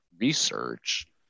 research